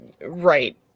Right